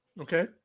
okay